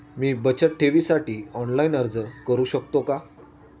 मी बचत ठेवीसाठी ऑनलाइन अर्ज करू शकतो का?